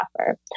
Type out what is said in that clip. offer